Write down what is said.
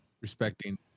respecting